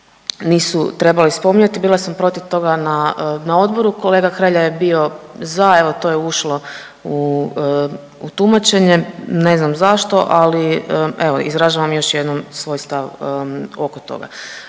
nisu trebali spominjati, bila sam protiv toga na Odboru, kolega Hrelja je bio za, evo, to je ušlo u tumačenje, ne znam zašto, ali evo, izražavam još jednom svoj stav oko toga.